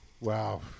Wow